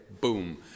boom